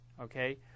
okay